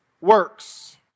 works